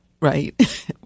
right